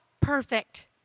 perfect